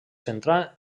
centrà